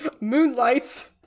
moonlights